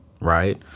right